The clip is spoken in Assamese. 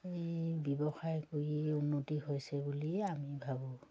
এই ব্যৱসায় কৰি উন্নতি হৈছে বুলি আমি ভাবোঁ